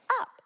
up